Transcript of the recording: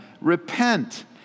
repent